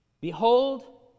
Behold